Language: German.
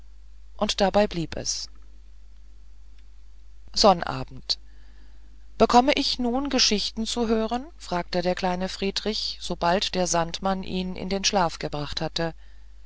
und dabei blieb es sonnabend bekomme ich nun geschichten zu hören fragte der kleine friedrich sobald der sandmann ihn in den schlaf gebracht hatte